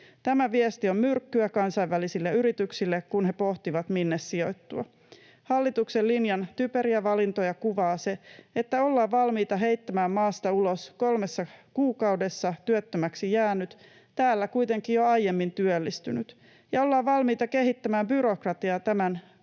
Tämä viesti on myrkkyä kansainvälisille yrityksille, kun he pohtivat, minne sijoittua. Hallituksen linjan typeriä valintoja kuvaa se, että ollaan valmiita heittämään maasta ulos kolmessa kuukaudessa työttömäksi jäänyt, täällä kuitenkin jo aiemmin työllistynyt ja ollaan valmiita kehittämään byrokratiaa tämän